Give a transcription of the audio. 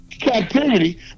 captivity